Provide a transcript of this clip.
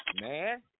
man